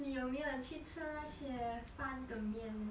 你有没有去吃那些饭跟面 leh